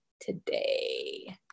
today